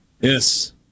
Yes